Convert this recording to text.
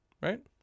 Right